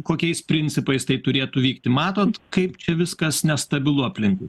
kokiais principais tai turėtų vykti matot kaip čia viskas nestabilu aplink